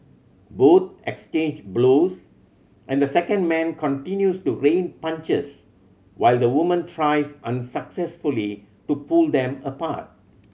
both exchange blows and the second man continues to rain punches while the woman tries unsuccessfully to pull them apart